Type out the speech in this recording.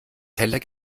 teller